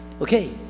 Okay